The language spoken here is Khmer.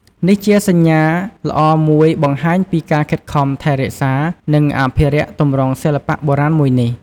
នេះជាសញ្ញាល្អមួយបង្ហាញពីការខិតខំថែរក្សា និងអភិរក្សទម្រង់សិល្បៈបុរាណមួយនេះ។